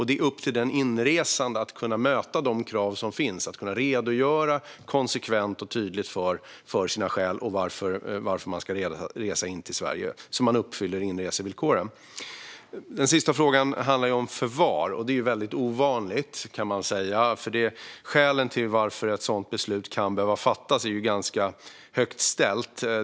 Det är upp till den inresande att kunna möta de krav som finns och konsekvent och tydligt kunna redogöra för sina skäl att resa in i Sverige, så att man uppfyller inresevillkoren. Den sista frågan handlar om förvar. Detta är väldigt ovanligt, och kraven för att ett sådant beslut ska kunna fattas är ganska högt ställda.